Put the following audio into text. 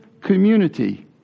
community